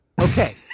okay